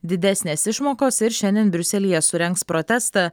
didesnės išmokos ir šiandien briuselyje surengs protestą